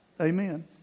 Amen